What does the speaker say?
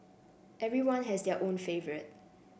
everyone has their own favourite